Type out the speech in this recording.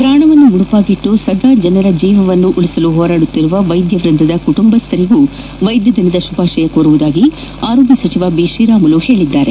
ಪ್ರಾಣವನ್ನು ಮುದುಪಾಗಿಟ್ಟು ಸದಾ ಜನರ ಜೀವವನ್ನು ಉಳಿಸಲು ಹೋರಾಡುತ್ತಿರುವ ವೈದ್ಯ ವೃಂದದ ಕುಟುಂಬಸ್ಠರಿಗೆ ವೈದ್ಯ ದಿನದ ಶುಭಾಶಯ ಕೋರುವುದಾಗಿ ಆರೋಗ್ಯ ಸಚಿವ ಶ್ರೀರಾಮುಲು ಹೇಳಿದ್ದಾರೆ